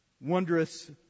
wondrous